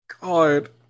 God